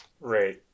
Right